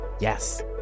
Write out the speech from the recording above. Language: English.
yes